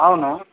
అవును